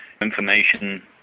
information